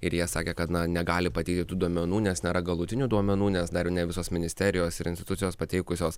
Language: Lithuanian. ir jie sakė kad na negali pateikti tų duomenų nes nėra galutinių duomenų nes dar ir ne visos ministerijos ir institucijos pateikusios